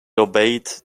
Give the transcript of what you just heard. obeyed